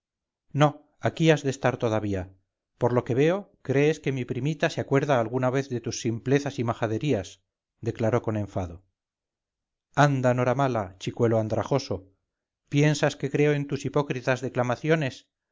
no aquí has de estar todavía por lo que veo crees que mi primita se acuerda alguna vez de tus simplezas y majaderías declaró con enfado anda noramala chicuelo andrajoso piensas que creo en tus hipócritas declamaciones